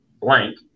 blank